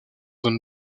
donne